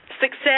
success